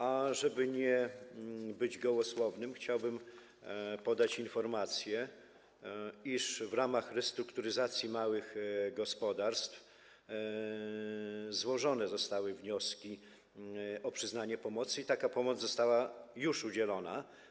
Ażeby nie być gołosłownym, chciałbym podać informację, iż w ramach restrukturyzacji małych gospodarstw złożone zostały wnioski o przyznanie pomocy i taka pomoc została już udzielona.